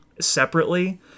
separately